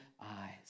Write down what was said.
eyes